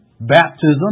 baptism